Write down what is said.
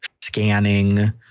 scanning